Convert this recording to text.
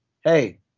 hey